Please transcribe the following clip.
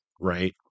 right